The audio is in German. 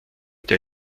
der